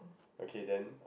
okay then